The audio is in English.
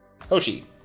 Hoshi